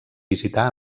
visitar